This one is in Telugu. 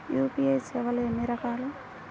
యూ.పీ.ఐ సేవలు ఎన్నిరకాలు?